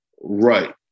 Right